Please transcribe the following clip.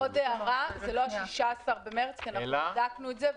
עוד הערה: זה לא 16 במרץ, בדקנו את זה.